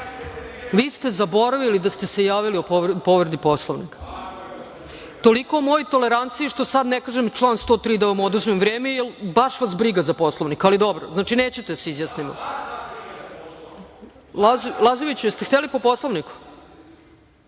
ste zaboravili da ste se javili o povredi Poslovnika. Toliko o mojoj toleranciji što sada ne kažem član 103. da vam oduzmem vreme, jel baš vas briga za Poslovnik. Ali, dobro. Znači nećete da se izjasnimo. Lazoviću jeste li hteli po Poslovniku?